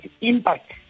impact